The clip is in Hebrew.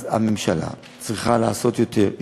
אז הממשלה צריכה לעשות יותר,